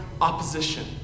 opposition